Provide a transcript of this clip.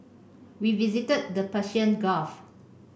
we visited the Persian Gulf